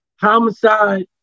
homicide